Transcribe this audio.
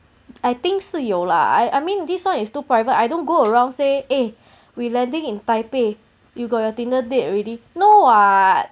I think 是有 lah I mean this one is too private I don't go around say eh we landing in taipei you got your dinner date already no what